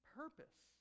purpose